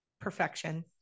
perfection